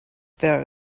there